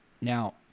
Now